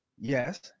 yes